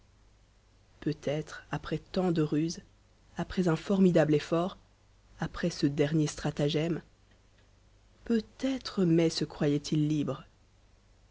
peut-être après tant de ruses après un formidable effort après ce dernier stratagème peut-être mai se croyait-il libre